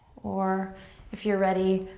or if you're ready,